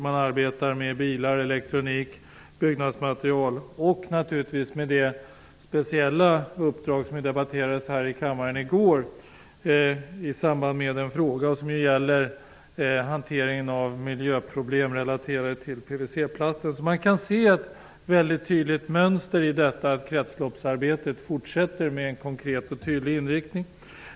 Man arbetar med bilar, elektronik och byggnadsmateriel, och naturligtvis med det speciella uppdrag som debatterades här i kammaren i går i samband med en fråga, som gäller hanteringen av miljöproblem relaterade till PVC-plast. Man kan alltså se ett mycket tydligt mönster i detta att kretsloppsarbetet fortsätter med en konkret och tydlig inriktning.